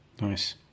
nice